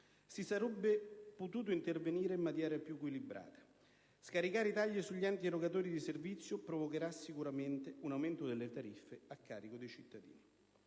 Si sarebbe potuto intervenire in maniera più equilibrata; scaricare i tagli sugli Enti erogatori di servizi provocherà sicuramente un aumento delle tariffe a carico dei cittadini.